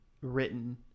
written